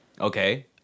Okay